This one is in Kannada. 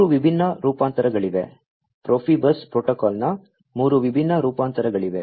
ಮೂರು ವಿಭಿನ್ನ ರೂಪಾಂತರಗಳಿವೆ ಪ್ರೊಫಿಬಸ್ ಪ್ರೋಟೋಕಾಲ್ನ ಮೂರು ವಿಭಿನ್ನ ರೂಪಾಂತರಗಳಿವೆ